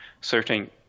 certain